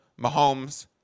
Mahomes